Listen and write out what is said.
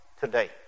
today